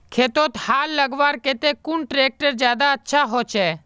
खेतोत हाल लगवार केते कुन ट्रैक्टर ज्यादा अच्छा होचए?